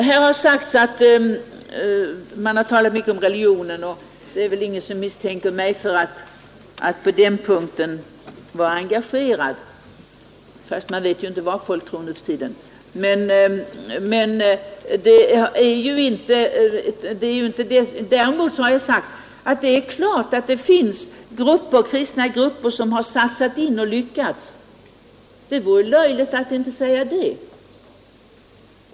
Här har talats mycket om religion, men det är väl ingen som misstänker mig för att på den punkten vara engagerad — fast man vet ju inte vad folk tror nu för tiden. Jag har sagt att det är klart att det finns kristna grupper som satsat på den här vården och lyckats. Det vore löjligt att inte säga det.